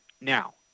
Now